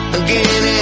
again